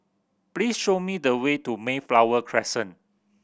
please show me the way to Mayflower Crescent